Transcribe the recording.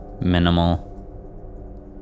Minimal